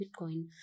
Bitcoin